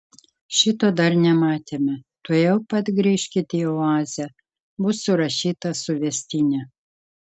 šito dar nematėme tuojau pat grįžkit į oazę bus surašyta suvestinė